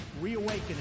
reawakening